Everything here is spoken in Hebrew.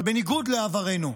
אבל בניגוד לעברנו,